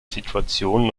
situationen